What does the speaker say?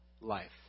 life